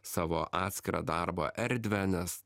savo atskirą darbo erdvę nes